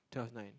twelve nine